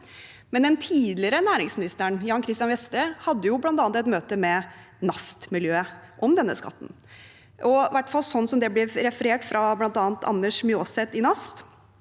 Men den tidligere næringsministeren, Jan Christian Vestre, hadde bl.a. et møte med NAST-miljøet om denne skatten. Sånn som det iallfall ble referert fra bl.a. Anders Mjåset i NAST,